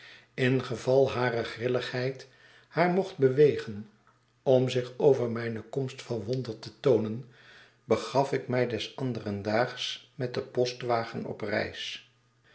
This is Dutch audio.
ingeval hare grilligheid haar mocht bewegen om zich over mijne komst verwonderd te toonen begaf ik mij des anderen daags met den postwagen op reis